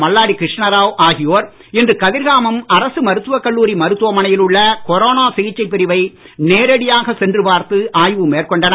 மல்லாடி கிருஷ்ணா ராவ் ஆகியோர் இன்று கதிர்காமம் அரசு மருத்துவக் கல்லூரி மருத்துவ மனையில் உள்ள கொரோனா சிகிச்சைப் பிரிவை நேரடியாக சென்று பார்த்து ஆய்வு மேற்கொண்டனர்